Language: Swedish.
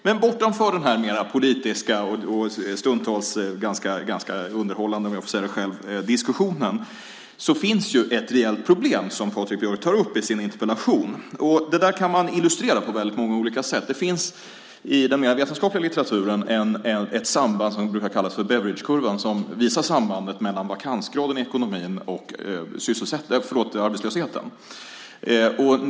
Men bortanför denna mer politiska och stundtals ganska underhållande - om jag får säga det själv - diskussionen finns ett reellt problem som Patrik Björck tar upp i sin interpellation. Detta kan man illustrera på många olika sätt. Det finns något i den mer vetenskapliga litteraturen som brukar kallas för Beveridgekurvan och som visar sambandet mellan vakansgraden i ekonomin och arbetslösheten.